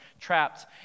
trapped